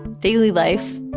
daily life,